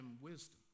wisdom